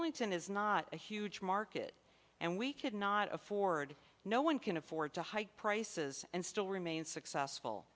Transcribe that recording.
on is not a huge market and we could not afford no one can afford to hike prices and still remain successful